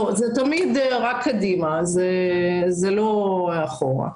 זה תמיד רק קדימה, לא אחורה.